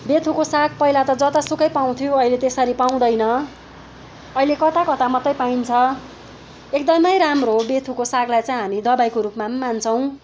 बेथुको साग पहिला त जतासुकै पाउँथ्यो अहिले त्यसरी पाउँदैन अहिले कता कता मात्रै पाइन्छ एकदमै राम्रो हो बेथुको सागलाई चाहिँ हामी दबाई रूपमा पनि मान्छौँ